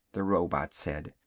the robot said.